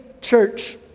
church